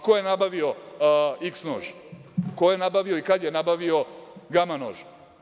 Ko je nabavio iks nož, ko je nabavio i kada je nabavio gama nož?